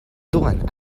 duan